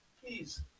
Please